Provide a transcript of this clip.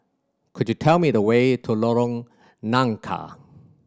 could you tell me the way to Lorong Nangka